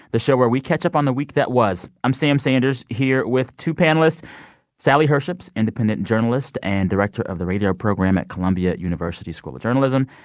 the show where we catch up on the week that was. i'm sam sanders here with two panelists sally herships, independent journalist and director of the radio program at columbia university school of journalism,